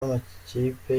b’amakipe